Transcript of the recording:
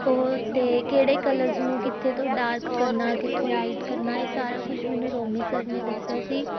ਉਹ ਤੇ ਕਿਹੜੇ ਕਲਰਸ ਨੂੰ ਕਿੱਥੇ ਤੋਂ ਡਾਰਕ ਕਰਨਾ ਕਿੱਥੋਂ ਲਾਈਟ ਕਰਨਾ ਇਹ ਸਾਰਾ ਕੁਝ ਮੈਨੂੰ ਰੋਮੀ ਸਰ ਨੇ ਦੱਸਿਆ ਸੀ